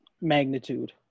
magnitude